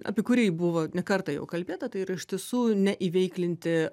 apie kurį buvo ne kartą jau kalbėta tai yra iš tiesų neįveiklinti